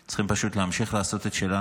צריכים פשוט להמשיך לעשות את שלנו.